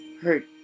hurt